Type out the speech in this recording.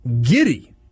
giddy